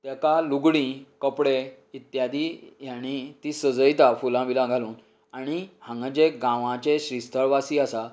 तेका लुगडीं कपडे इत्यादी हेंणी ती सजयतात फुलां बिलां घालून आनी हांगा जे गावांचे श्रीस्थळ वासी आसा